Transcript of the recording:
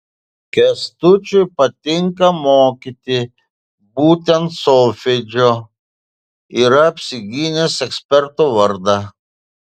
kęstučiui patinka mokyti būtent solfedžio yra apsigynęs eksperto vardą